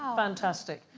fantastic,